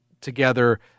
together